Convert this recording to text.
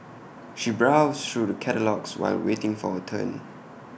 she browsed through the catalogues while waiting for her turn